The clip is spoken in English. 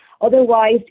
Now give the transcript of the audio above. Otherwise